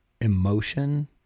emotion